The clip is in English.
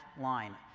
line